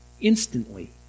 Instantly